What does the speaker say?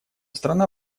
страна